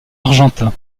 argentat